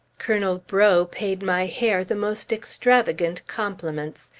colonel breaux paid my hair the most extravagant compliments.